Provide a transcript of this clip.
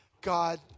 God